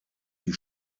die